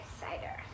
cider